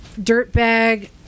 Dirtbag